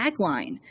tagline